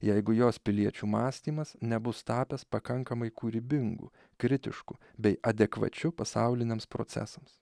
jeigu jos piliečių mąstymas nebus tapęs pakankamai kūrybingu kritišku bei adekvačiu pasauliniams procesams